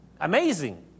amazing